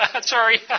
Sorry